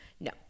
No